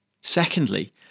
Secondly